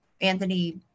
Anthony